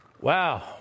Wow